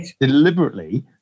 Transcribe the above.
deliberately